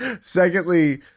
Secondly